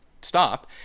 stop